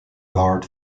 barred